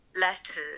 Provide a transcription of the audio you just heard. letters